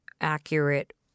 accurate